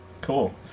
Cool